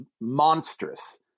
monstrous